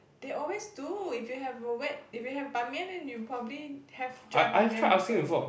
they always do if you have a wet if you have Ban-Mian then you probably have dry Ban-Mian also